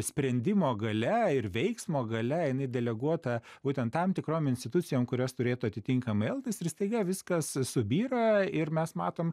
sprendimo galia ir veiksmo galia jinai deleguota būtent tam tikrom institucijom kurios turėtų atitinkamai elgtis ir staiga viskas subyra ir mes matom